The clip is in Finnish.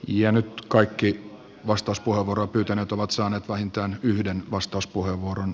ja nyt kaikki vastauspuheenvuoroa pyytäneet ovat saaneet vähintään yhden vastauspuheenvuoron